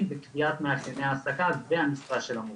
בקביעת מאפייני ההעסקה והמשרה של המורים.